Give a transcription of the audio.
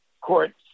court